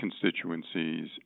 constituencies